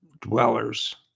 dwellers